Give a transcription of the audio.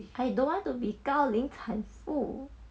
I don't want to be 高龄产妇